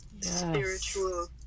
spiritual